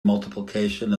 multiplication